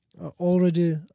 already